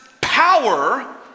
power